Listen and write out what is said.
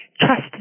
trust